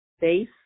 base